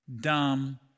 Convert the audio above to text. Dumb